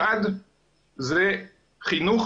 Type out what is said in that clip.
אחת זה חינוך,